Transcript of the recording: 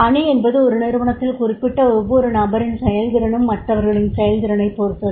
அணி என்பது ஒரு நிறுவனத்தில் குறிப்பிட்ட ஒவ்வொரு நபரின் செயல்திறனும் மற்றவர்களின் செயல்திறனைப் பொறுத்தது